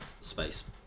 space